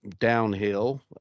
downhill